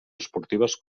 esportives